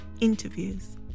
interviews